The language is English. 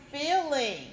feeling